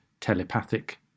telepathic